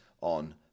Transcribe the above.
on